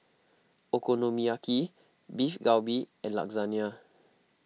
Okonomiyaki Beef Galbi and Lasagna